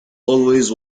always